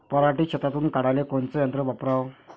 पराटी शेतातुन काढाले कोनचं यंत्र वापराव?